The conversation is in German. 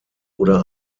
oder